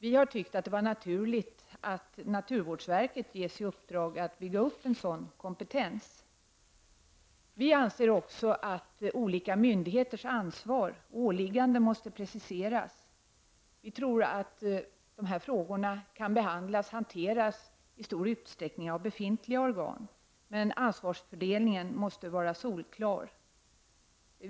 Vi tycker att det är naturligt att naturvårdsverket ges i uppdrag att bygga upp denna kompetens. Vi anser också att olika myndigheters ansvar och åligganden måste preciseras. Vi tror att dessa frågor i stor utsträckning kan behandlas och hanteras av befintliga organ, men anvarsfördelningen måste vara solklar.